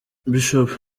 bishop